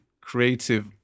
creative